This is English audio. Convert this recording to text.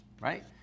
right